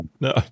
No